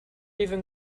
even